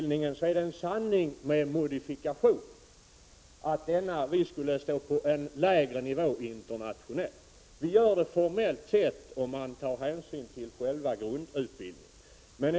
Det är en sanning med modifikation att vi skulle stå på en lägre nivå i internationellt perspektiv när det gäller sjukgymnastutbildningen. Vi gör det formellt sett om man enbart tar hänsyn till själva grundutbildningen.